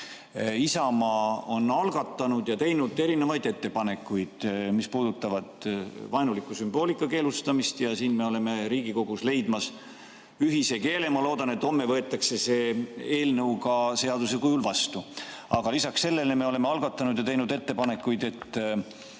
Isamaa on algatanud ja teinud erinevaid ettepanekuid, mis puudutavad vaenuliku sümboolika keelustamist. Selles me oleme Riigikogus leidmas ühist keelt ja ma loodan, et homme võetakse see eelnõu ka seaduse kujul vastu. Lisaks sellele me oleme algatanud ja teinud ettepanekuid, et